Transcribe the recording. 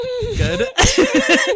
Good